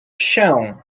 się